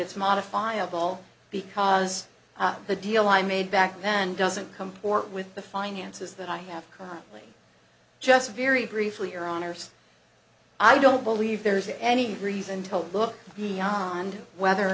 it's modifiable because the deal i made back then doesn't comport with the finances that i have currently just very briefly your honor so i don't believe there's any reason to look beyond whether or